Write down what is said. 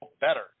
better